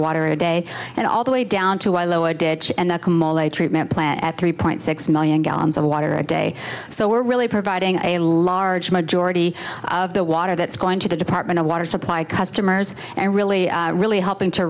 water a day and all the way down to ilo a ditch and the treatment plant at three point six million gallons of water a day so we're really providing a large majority of the water that's going to the department of water supply customers and really really helping to